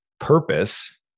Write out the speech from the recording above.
purpose